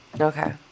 Okay